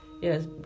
Yes